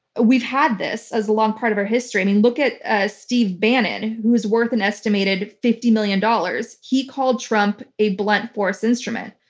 we've had this as a long part of our history. look at ah steve bannon who is worth an estimated fifty million dollars. he called trump a blunt force instrument.